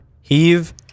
heave